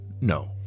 No